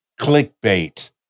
clickbait